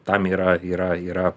tam yra yra yra